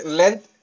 length